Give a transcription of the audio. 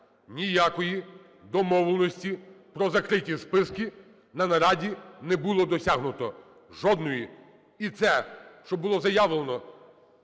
ніякої домовленості про закриті списки на нараді не було досягнуто – жодної. І це, що було заявлено